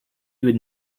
would